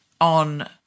on